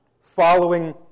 following